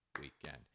weekend